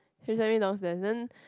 she sent me downstairs then